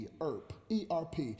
ERP